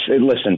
Listen